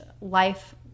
life